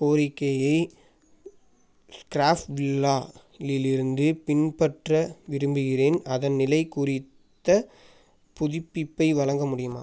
கோரிக்கையை க்ராஃப்ட்ஸ் வில்லாவிலிருந்து பின்பற்ற விரும்புகிறேன் அதன் நிலை குறித்த புதுப்பிப்பை வழங்க முடியுமா